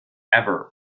ever